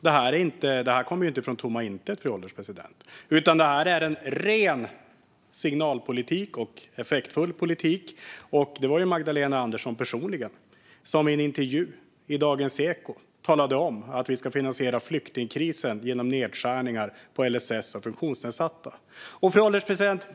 Det här kommer inte ur tomma intet, fru ålderspresident, utan det är en ren signalpolitik och en effektfull politik. Det var ju Magdalena Andersson personligen som i en intervju i Dagens eko talade om att vi ska finansiera flyktingkrisen genom nedskärningar på LSS och funktionsnedsatta.